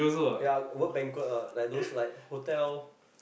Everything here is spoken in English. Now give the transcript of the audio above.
ya work banquet [one] like those like hotel